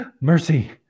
mercy